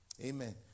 Amen